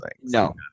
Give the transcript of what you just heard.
No